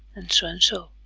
and so and so